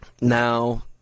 Now